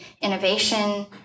innovation